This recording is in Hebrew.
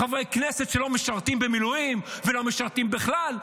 חברי כנסת שלא משרתים במילואים ולא משרתים בכלל?